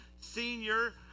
senior